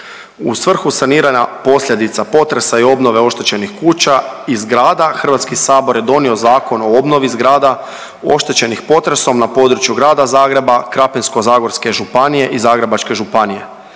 U svrhu saniranja posljedica potresa i obnove oštećenih kuća i zgrada Hrvatski sabor je donio Zakon o obnovi zgrada oštećenih potresom na području Grada Zagreba, Krapinsko-zagorske županije i Zagrebačke županije